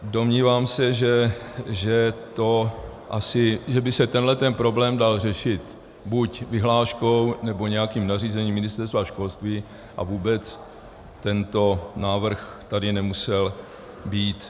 Domnívám se, že by se tenhleten problém dal řešit buď vyhláškou, nebo nějakým nařízením Ministerstva školství, a vůbec tento návrh tady nemusel být.